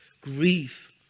grief